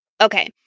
Okay